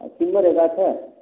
सिमरके गाछ है